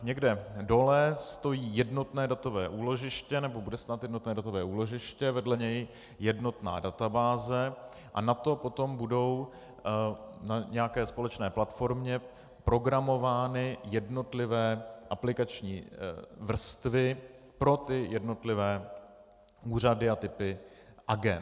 Někde dole stojí jednotné datové úložiště, nebo bude snad jednotné datové úložiště, vedle něj jednotná databáze a na to potom budou na nějaké společné platformě programovány jednotlivé aplikační vrstvy pro jednotlivé úřady a typy agend.